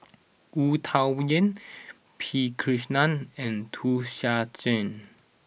Wu Tsai Yen P Krishnan and Wu Tsai Yen